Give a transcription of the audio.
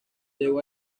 llegó